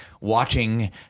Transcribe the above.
watching